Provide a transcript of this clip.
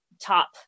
top